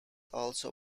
also